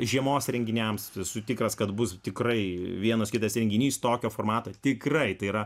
žiemos renginiams esu tikras kad bus tikrai vienas kitas renginys tokio formato tikrai tai yra